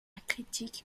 critique